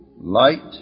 light